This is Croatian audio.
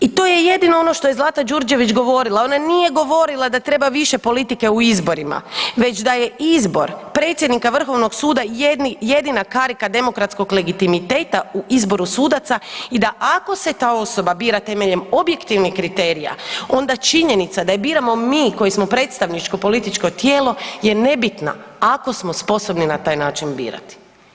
I to je jedino ono što je Zlata Đurđević govorila, ona nije govorila da treba vise politike u izborima, već da je izbor predsjednika VSRH jedina karika demokratskog legitimiteta u izboru sudaca i da ako se ta osoba bira temeljem objektivnih kriterija, onda činjenica da je biramo mi koji smo predstavničko tijelo je nebitna, ako smo sposobni na taj način birati.